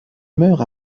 meurt